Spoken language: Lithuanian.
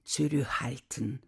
ciurichą itin